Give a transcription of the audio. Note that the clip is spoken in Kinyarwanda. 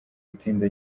itsinda